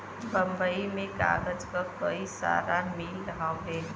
बम्बई में कागज क कई सारा मिल हउवे